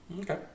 Okay